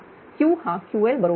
Q हा Ql बरोबर आहे